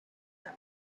that